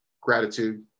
gratitude